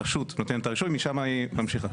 הרשות נותנת את הרישוי, משם היא ממשיכה.